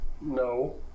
No